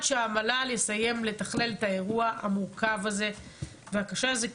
שהמל"ל יסיים לתכלל את האירוע המורכב והקשה הזה.